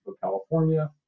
California